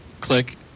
Click